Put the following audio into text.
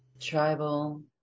tribal